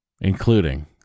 including